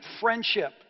friendship